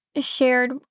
shared